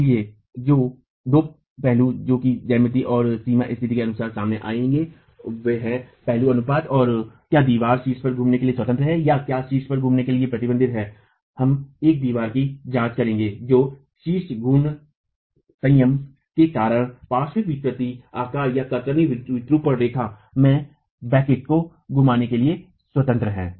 इसलिए दो पहलू जो कि ज्यामिति और सीमा स्थिति के अनुसार सामने आएंगे वे हैं पहलू अनुपात और क्या दीवार शीर्ष पर घूमने के लिए स्वतंत्र है या क्या शीर्ष पर घूमने के लिए प्रतिबंध हैं हम एक दीवार की जांच करेंगे जो शीर्ष घूर्णी संयम के कारण पार्श्व विकृत आकार या कतरनी विरूपण रेखा चित्र में बाहू को घुमाने के लिए स्वतंत्र है